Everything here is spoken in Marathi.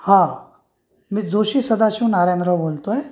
हां मी जोशी सदाशिव नारायणराव बोलतोय